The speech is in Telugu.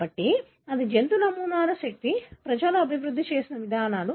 కాబట్టి అది జంతు నమూనాల శక్తి ప్రజలు అభివృద్ధి చేసిన విధానాలు